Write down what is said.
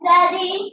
Daddy